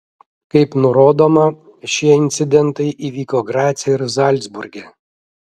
kaip nurodoma šie incidentai įvyko grace ir zalcburge